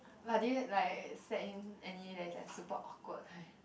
but did you like sat in any like super awkward leh